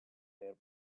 their